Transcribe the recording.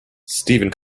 stephen